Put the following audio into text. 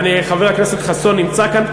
חבר הכנסת חסון נמצא כאן.